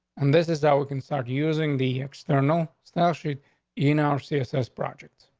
and this is that we can start using the external stash it in our css projects.